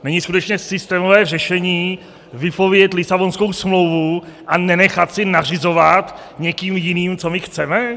Není skutečně systémové řešení vypovědět Lisabonskou smlouvu a nenechat si nařizovat někým jiným, co my chceme?